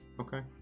Okay